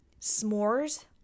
s'mores